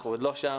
אנחנו עוד לא שם.